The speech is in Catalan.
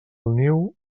niu